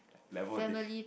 level of diff~